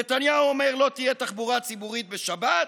נתניהו אומר: לא תהיה תחבורה ציבורית בשבת,